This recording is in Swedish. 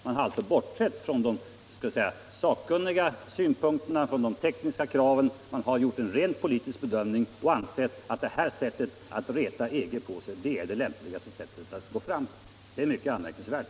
Man har alltid utan att vara tvingad till det, därför att det saknades alternativ, efter en rent politisk bedömning ansett det här sättet att reta EG på sig vara det lämpligaste. Det är mycket anmärkningsvärt.